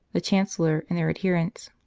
the chancellor, and their adherents.